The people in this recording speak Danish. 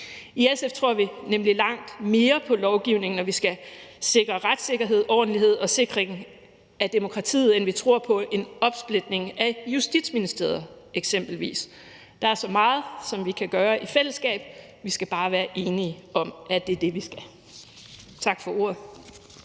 I SF tror vi nemlig langt mere på lovgivning, når vi skal sikre retssikkerhed, ordentlighed og en sikring af demokratiet, end vi eksempelvis tror på en opsplitning af Justitsministeriet. Der er så meget, som vi kan gøre i fællesskab; vi skal bare være enige om, at det er det, vi skal. Tak for ordet.